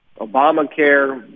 Obamacare